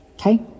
Okay